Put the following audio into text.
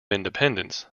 independence